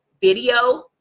video